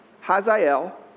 Hazael